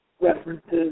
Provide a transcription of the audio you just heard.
references